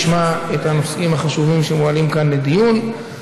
לפחות הציבור ישמע את הנושאים החשובים שמועלים כאן לדיון.